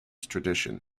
tradition